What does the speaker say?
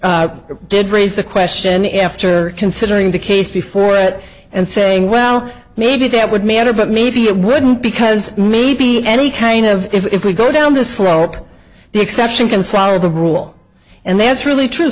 did raise the question the after considering the case before it and saying well maybe that would matter but maybe it wouldn't because maybe any kind of if we go down the slope the exception can swallow the rule and that's really